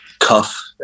cuff